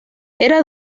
era